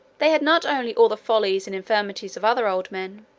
they had not only all the follies and infirmities of other old men,